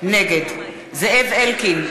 נגד זאב אלקין,